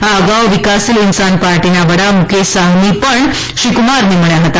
આ અગાઉ Vikassheel Insaan party VIP ના વડા મુકેશ સાહની પણ શ્રી કુમારને નબ્યા હતા